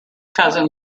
cousin